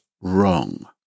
wrong